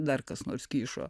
dar kas nors kyšo